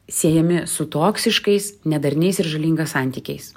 siejami su toksiškais nedarniais ir žalinga santykiais